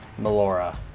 Melora